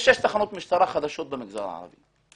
יש שש תחנות משטרה חדשות במגזר הערבי.